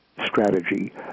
strategy